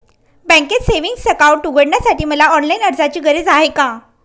बँकेत savings account उघडण्यासाठी मला ऑनलाईन अर्जाची गरज आहे का?